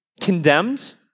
condemned